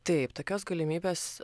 taip tokios galimybės